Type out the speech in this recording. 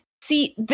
See